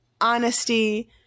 honesty